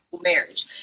marriage